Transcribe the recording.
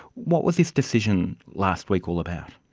what was his decision last week all about?